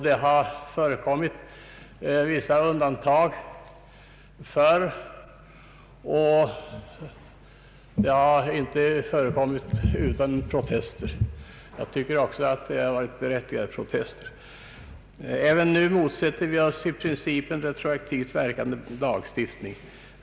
Det har gjorts vissa undantag förr, och det har inte skett utan protester. Jag tycker också att det har varit berättigade protester. Även nu motsätter vi oss i princip en retroaktivt verkande lagstiftning.